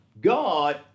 God